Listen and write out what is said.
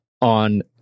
on